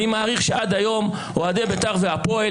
אני מעריך שעד היום אוהדי בית"ר והפועל